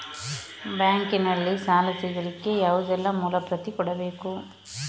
Bank ನಲ್ಲಿ ಸಾಲ ಸಿಗಲಿಕ್ಕೆ ಯಾವುದೆಲ್ಲ ಮೂಲ ಪ್ರತಿ ಕೊಡಬೇಕು?